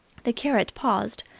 the curate paused.